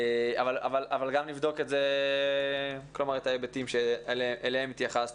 אבל גם נבדוק את ההיבטים אליהם התייחסת.